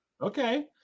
Okay